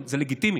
זה לגיטימי,